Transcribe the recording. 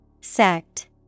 Sect